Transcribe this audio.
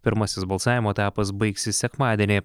pirmasis balsavimo etapas baigsis sekmadienį